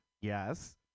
Yes